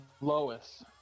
Lois